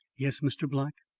yes, mr. black.